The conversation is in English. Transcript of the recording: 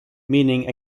meaning